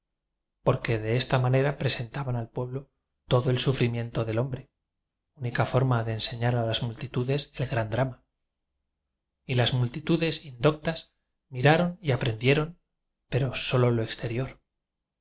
porque de esta manera presentaban al pueblo todo el sufrimiento del hombre única forma de enseñar a las multitudes el gran drama y las multitudes indoctas miraron y apren dieron pero solo lo exterior en